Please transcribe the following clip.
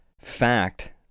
fact